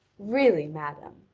really, madame,